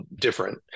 different